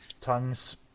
tongues